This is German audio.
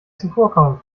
zuvorkommend